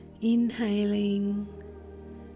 Inhaling